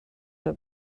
were